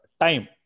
time